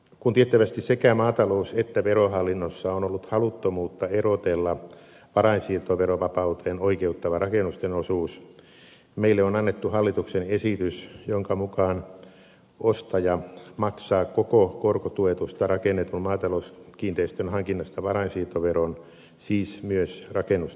kun tiettävästi sekä maatalous että verohallinnossa on ollut haluttomuutta erotella varainsiirtoverovapauteen oikeuttava rakennusten osuus meille on annettu hallituksen esitys jonka mukaan ostaja maksaa koko korkotuetusta rakennetun maatalouskiinteistön hankinnasta varainsiirtoveron siis myös rakennusten osalta